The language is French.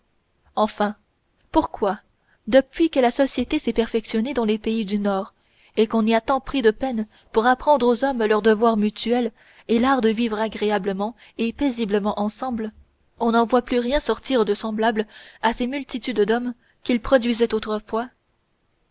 enfin pourquoi depuis que la société s'est perfectionnée dans les pays du nord et qu'on y a tant pris de peine pour appendre aux hommes leurs devoirs mutuels et l'art de vivre agréablement et paisiblement ensemble on n'en voit plus rien sortir de semblable à ces multitudes d'hommes qu'il produisait autrefois